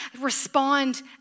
respond